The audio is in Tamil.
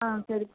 ஆ சரி